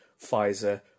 Pfizer